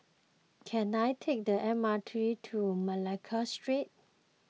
can I take the M R T to Malacca Street